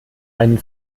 einen